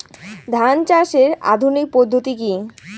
ধান চাষের আধুনিক পদ্ধতি কি?